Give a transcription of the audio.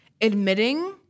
admitting